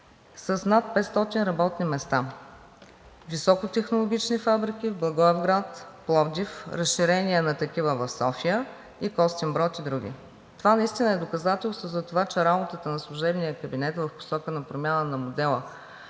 с над 500 работни места – високотехнологични фабрики в Благоевград, Пловдив, разширения на такива в София и Костинброд, и други. Това наистина е доказателство, че работата на служебния кабинет в посока на промяна на модела